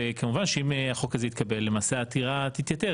כמובן שאם החוק הזה יתקבל למעשה העתירה תתייתר